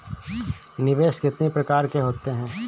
निवेश कितनी प्रकार के होते हैं?